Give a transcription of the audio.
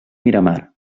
miramar